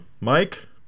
mike